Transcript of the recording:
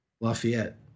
Lafayette